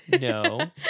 no